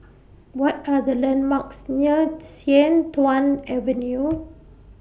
What Are The landmarks near Sian Tuan Avenue